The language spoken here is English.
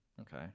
Okay